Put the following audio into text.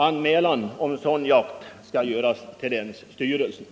Anmälan om sådan jakt skall göras till länsstyrelsen.